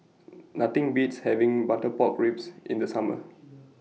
Nothing Beats having Butter Pork Ribs in The Summer